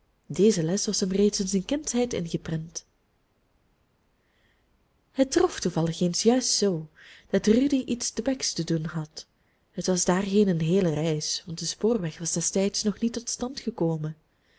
deze les was hem reeds in zijn kindsheid ingeprent het trof toevallig eens juist zoo dat rudy iets te bex te doen had het was daarheen een heele reis want de spoorweg was destijds nog niet tot stand gekomen